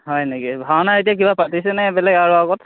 হয় নেকি ভাওনা এতিয়া কিবা পাতিছেনে বেলেগ আৰু আগত